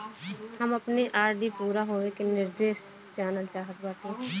हम अपने आर.डी पूरा होवे के निर्देश जानल चाहत बाटी